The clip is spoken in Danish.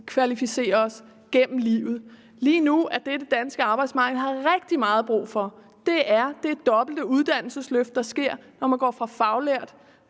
opkvalificere sig gennem hele livet. Lige nu er det, det danske arbejdsmarked har rigtig meget brug for, det dobbelte uddannelsesløft, der sker, når man går fra ufaglært